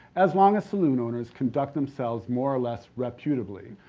as long as saloon owners conduct themselves more or less reputably.